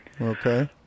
Okay